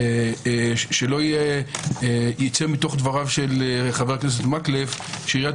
שלא יצא מתוך דבריו של חבר הכנסת מקלב שעיריית